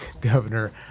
Governor